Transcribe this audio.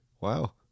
Wow